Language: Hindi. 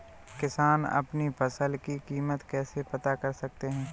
किसान अपनी फसल की कीमत कैसे पता कर सकते हैं?